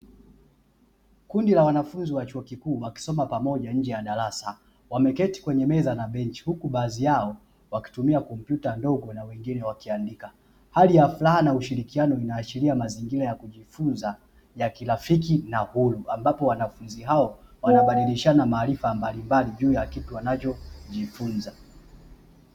Kundi la wanafunzi wa chuo kikuu, wakisoma pamoja nje ya darasa, wameketi kwenye meza na benchi, huku baadhi yao wakitumia kompyuta ndogo na wengine wakiandika. Hali ya furaha na ushirikiano inaashiria mazingira ya kujifunza ya kirafiki na huru, ambapo wanafunzi hao wanabadilishana maarifa mbalimbali juu ya kitu wanachojifunza.